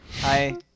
Hi